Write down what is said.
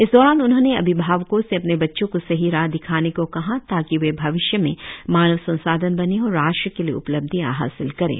इस दौरान उन्होंने अभिवावको से अपने बच्चों को सही राह दिखाने को कहा ताकि वे भविष्य में मानव संसाधन बने और राष्ट्र के लिए उपलब्धियां हासिल करे